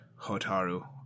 Hotaru